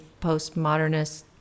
postmodernist